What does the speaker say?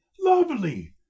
lovely